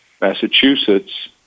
Massachusetts